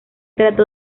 trató